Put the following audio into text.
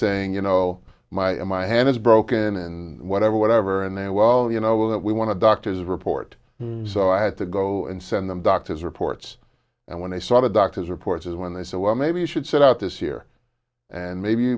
saying you know my my hand is broken and whatever whatever and they well you know well that we want to doctor's report so i had to go and send them doctors reports and when i saw the doctors reports is when they said well maybe you should sit out this year and maybe